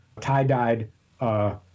tie-dyed